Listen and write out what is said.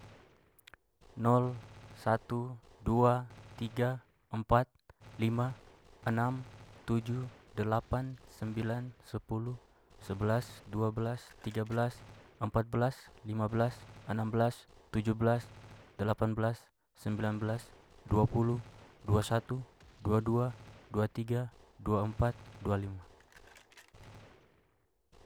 Nol satu dua tiga empat lima enam tujuh delapan sembilan sepuluh sebelas dua belas tiga belas empat belas lima belas anam belas tuju belas delapan belas sembilan belas dua puluh dua satu dua dua dua tiga dua empat dua lima.